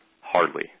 Hardly